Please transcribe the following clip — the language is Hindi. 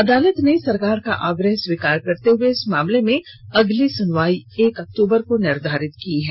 अदालत ने सरकार का आग्रह स्वीकार करते हुए इस मामले में अगली सुनवाई एक अक्टूबर को निर्धारित की है